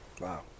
Wow